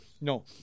No